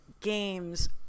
games